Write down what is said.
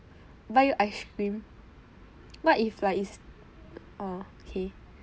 buy you ice cream what if like it's orh okay orh